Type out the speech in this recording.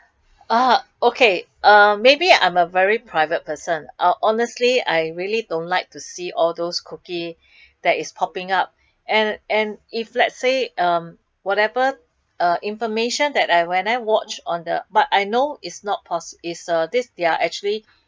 uh okay um maybe I'm a very private person uh honestly I really don't like to see all those cookie that is popping out and and if let's say um whatever uh information that I when I watch on the but I know it's not pos~ is uh this they are actually